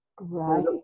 right